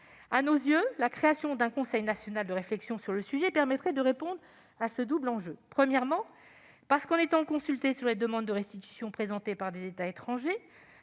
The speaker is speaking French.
À nos yeux, la création d'un conseil national de réflexion sur le sujet permettrait de répondre à ce double enjeu. Consulté sur les demandes de restitution présentées par des États étrangers